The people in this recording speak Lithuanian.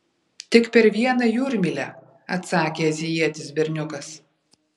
tik per vieną jūrmylę atsakė azijietis berniukas